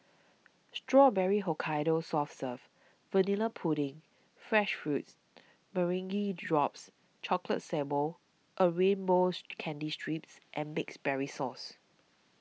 Strawberry Hokkaido soft serve vanilla pudding fresh fruits meringue drops chocolate sable a rainbows candy strips and mixed berries sauce